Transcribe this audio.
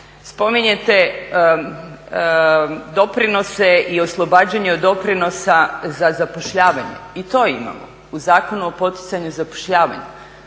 Spominjete doprinose i oslobađanje od doprinosa za zapošljavanje. I to imamo u Zakonu o poticanju zapošljavanja.